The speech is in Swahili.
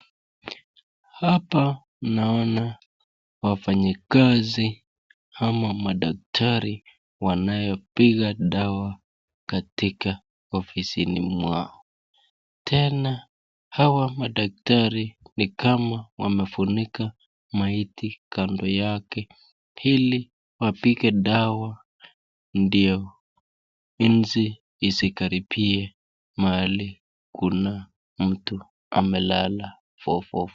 Hapa naona wafanyi kazi ama madaktari wanayopiga dawa katika ofisini mwao tena hawa madaktari ni kama wamefunika maiti kando yake hili wapike dawa ndio inzi isikaribie mahali kuna amelala fofofo.